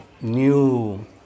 new